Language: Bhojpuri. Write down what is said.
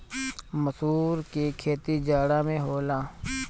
मसूर के खेती जाड़ा में होला